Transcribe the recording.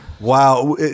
Wow